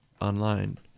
online